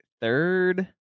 third